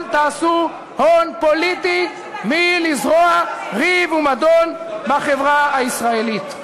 אל תעשו הון פוליטי מלזרוע ריב ומדון בחברה הישראלית.